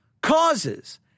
causes